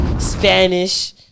Spanish